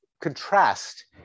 contrast